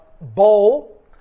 bowl